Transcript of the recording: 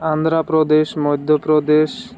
Andhra Pradesh Madhya Pradesh